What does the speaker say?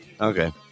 Okay